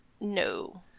No